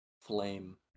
flame